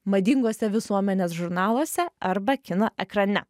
madinguose visuomenės žurnaluose arba kino ekrane